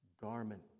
garment